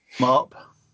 Mop